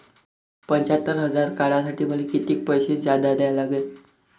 पंच्यात्तर हजार काढासाठी मले कितीक पैसे जादा द्या लागन?